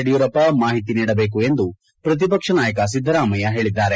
ಯಡಿಯೂರಪ್ಪ ಮಾಹಿತಿ ನೀಡಬೇಕು ಎಂದು ಪ್ರತಿಪಕ್ಷ ನಾಯಕ ಸಿದ್ದರಾಮಯ್ಯ ಹೇಳದ್ದಾರೆ